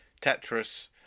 Tetris